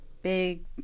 big